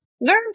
Learn